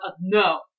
no